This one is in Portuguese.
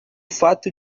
fato